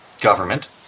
government